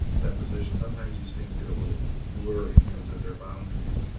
deposition? sometimes these things get a little blurry in terms of their boundaries.